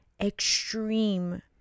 extreme